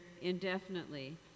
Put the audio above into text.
indefinitely